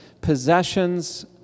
possessions